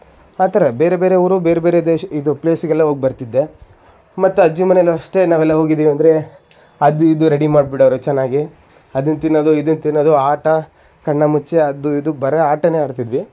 ಆ ಥರ ಬೇರೆ ಬೇರೆ ಊರು ಬೇರೆ ಬೇರೆ ದೇಶ್ ಇದು ಪ್ಲೇಸಿಗೆಲ್ಲ ಹೋಗ್ಬರ್ತಿದ್ದೆ ಮತ್ತಜ್ಜಿ ಮನೆಯಲ್ಲೂ ಅಷ್ಟೆ ನಾವೆಲ್ಲ ಹೋಗಿದೀವಂದ್ರೆ ಅದು ಇದು ರೆಡಿ ಮಾಡಿಬಿಡೋರು ಚೆನ್ನಾಗಿ ಅದನ್ನು ತಿನ್ನೋದು ಇದನ್ನು ತಿನ್ನೋದು ಆಟ ಕಣ್ಣಾಮುಚ್ಚೆ ಅದು ಇದು ಬರೀ ಆಟನೇ ಆಡ್ತಿದ್ವಿ